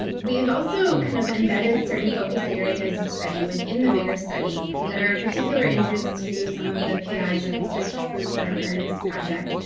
and we've also kind of embedded certain focus areas of study within the bigger study that are a particular interest to some of the p eyes or research groups that are part of this project,